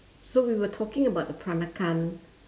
so we were talking about the peranakan